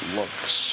looks